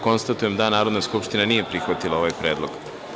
Konstatujem da Narodna skupština nije prihvatila ovaj predlog.